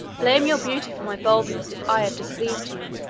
blame your beauty for my boldness if i have displeased you.